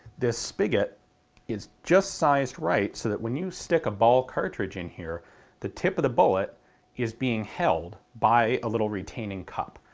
this spigot is just sized right so that when you stick a ball cartridge in here the tip of the bullet is being held by a little retaining cup.